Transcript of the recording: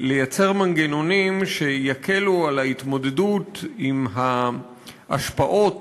ולייצר מנגנונים שיקלו את ההתמודדות עם ההשפעות